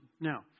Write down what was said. Now